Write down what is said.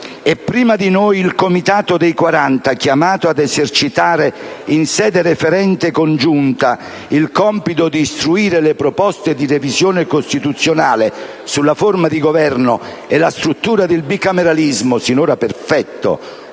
e prima di noi il Comitato dei quaranta, chiamato ad esercitare in sede referente congiunta il compito di istruire le proposte di revisione costituzionale sulla forma di Governo e la struttura del bicameralismo sinora perfetto,